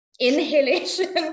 inhalation